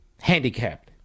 handicapped